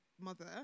mother